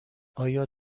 آیا